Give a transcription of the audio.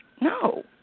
No